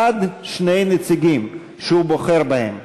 עד שני נציגים שהוא בוחר בהם.